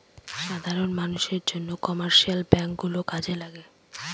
সাধারন মানষের জন্য কমার্শিয়াল ব্যাঙ্ক গুলো কাজে লাগে